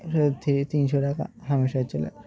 সেটা থ্রি তিনশো টাকা হামেশাই চলে